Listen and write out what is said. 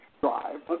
drive